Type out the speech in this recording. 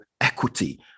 equity